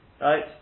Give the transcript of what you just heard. Right